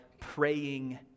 praying